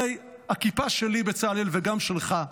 הרי הכיפה שלי, בצלאל, וגם שלך,